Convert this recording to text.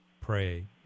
pray